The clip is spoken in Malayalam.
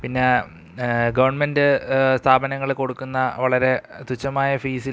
പിന്നെ ഗവൺമെൻറ് സ്ഥാപനങ്ങളിൽ കൊടുക്കുന്ന വളരെ തുച്ഛമായ ഫീസിൽ